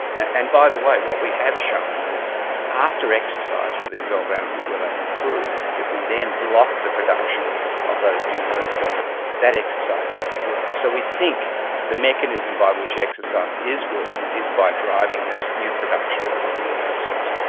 and by the way, what we have shown is after exercise with these old animals where they improve, if we then block the production of those new nerve cells, that exercise doesn't work. so we think the mechanism by which exercise is working is by driving this new production of these in new nerve cells.